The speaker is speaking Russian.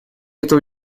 этого